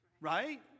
Right